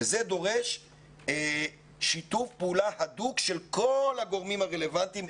זה דורש שיתוף פעולה הדוק של כל הגורמים הרלוונטיים.